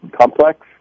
complex